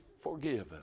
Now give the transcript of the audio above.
forgiven